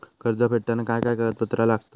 कर्ज फेडताना काय काय कागदपत्रा लागतात?